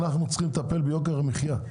אנחנו צריכים לטפל ביוקר המחיה,